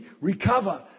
recover